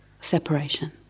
separation